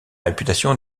réputation